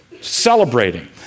celebrating